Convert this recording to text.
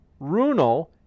Runel